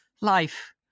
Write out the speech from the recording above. life